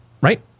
Right